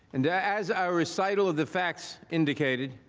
and as a recital of the facts indicated,